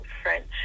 French